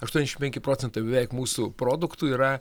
aštuoniasdešim penki procentų beveik mūsų produktų yra